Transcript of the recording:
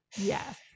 Yes